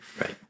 Right